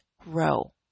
grow